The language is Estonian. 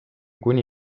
kuni